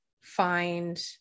find